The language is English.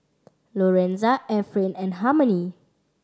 Lorenza Efrain and Harmony